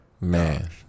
man